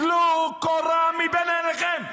טלו קורה מבין עיניכם.